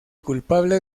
culpable